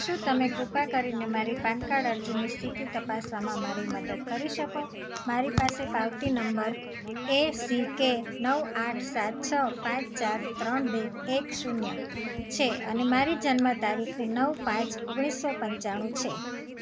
શું તમે કૃપા કરીને મારી પાન કાર્ડ અરજીની સ્થિતિ તપાસવામાં મારી મદદ કરી શકો મારી પાસે પાવતી નંબર એ સી કે નવ આઠ સાત છ પાંચ ચાર ત્રણ બે એક શૂન્ય છે અને મારી જન્મ તારીખ નવ પાંચ ઓગણીસો પંચાણું છે